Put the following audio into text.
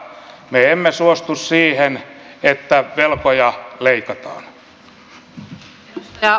me emme suostu siihen että velkoja leikataan